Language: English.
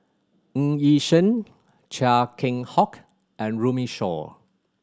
Ng Yi Sheng Chia Keng Hock and Runme Shaw